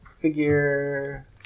figure